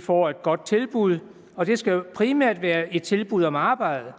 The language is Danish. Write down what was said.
får et godt tilbud? Og det skal jo primært være et tilbud om arbejde.